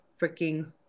freaking